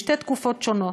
בשתי תקופות שונות.